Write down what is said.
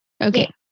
okay